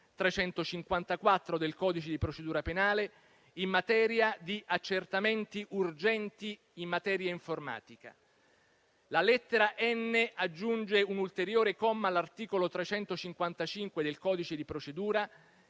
lettera *n)* aggiunge un ulteriore comma all'articolo 355 del codice di procedura